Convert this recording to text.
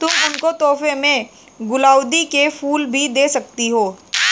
तुम उनको तोहफे में गुलाउदी के फूल भी दे सकती हो